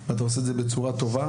אתה עושה את זה בצורה טובה.